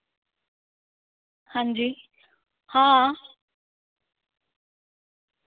हां जी हां